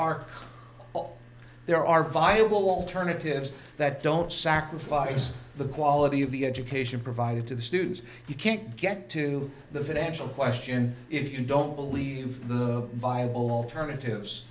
all there are viable alternatives that don't sacrifice the quality of the education provided to the students you can't get to the financial question if you don't believe the viable alternatives